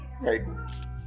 right